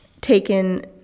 taken